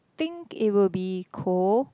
think it would be cold